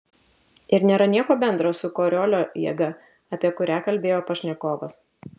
ir nėra nieko bendro su koriolio jėga apie kurią kalbėjo pašnekovas